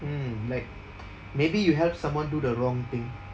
hmm like maybe you help someone do the wrong thing